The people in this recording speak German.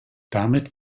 damit